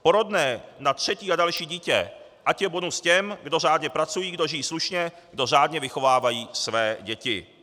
Porodné na třetí a další dítě ať je bonus těm, kdo řádně pracují, kdo žijí slušně, kdo řádně vychovávají své děti.